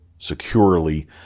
securely